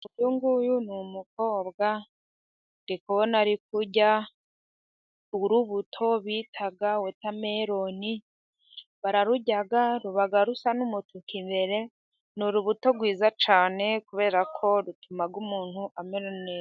Uyu nguyu ni umukobwa，ndi kubona ari kurya urubuto bita wotemeroni，bararurya， ruba rusa n'umutuku imbere，ni urubuto rwiza cyane， kubera ko rutuma umuntu amera neza.